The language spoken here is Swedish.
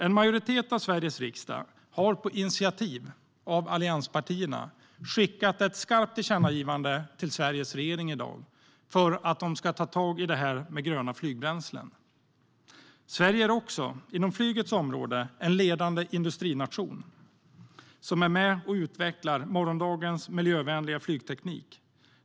En majoritet av Sveriges riksdag har på initiativ av allianspartierna skickat ett skarpt tillkännagivande till Sveriges regering i dag för att de ska tag i det här med gröna flygbränslen. Sverige är också inom flygets område en ledande industrination som är med och utvecklar morgondagens miljövänliga flygteknik.